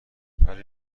ولی